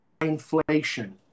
inflation